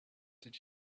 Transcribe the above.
did